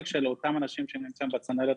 של אותם אנשים שנמצאים עכשיו בצנרת,